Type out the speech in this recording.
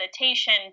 meditation